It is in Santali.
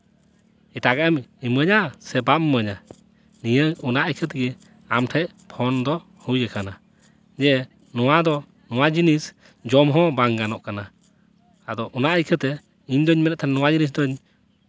ᱮᱴᱟᱜᱟᱜ ᱮᱢ ᱤᱢᱟᱹᱧᱟ ᱥᱮ ᱵᱟᱢ ᱤᱢᱟᱹᱧᱟ ᱱᱤᱭᱟᱹ ᱚᱱᱟ ᱤᱠᱷᱟᱹᱛᱮ ᱜᱮ ᱟᱢ ᱴᱷᱮᱡ ᱯᱷᱳᱱ ᱫᱚ ᱦᱩᱭ ᱟᱠᱟᱱᱟ ᱡᱮ ᱱᱚᱣᱟ ᱫᱚ ᱱᱚᱣᱟ ᱡᱤᱱᱤᱥ ᱡᱚᱢ ᱦᱚᱸ ᱵᱟᱝ ᱜᱟᱱᱚᱜ ᱠᱟᱱᱟ ᱟᱫᱚ ᱚᱱᱟ ᱤᱠᱷᱟᱹᱛᱮ ᱤᱧ ᱫᱚᱹᱧ ᱢᱮᱱᱮᱫ ᱛᱟᱦᱮᱱ ᱱᱚᱣᱟ ᱡᱤᱱᱤᱥ ᱫᱚ